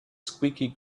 squeaky